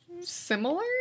similar